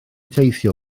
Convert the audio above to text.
teithio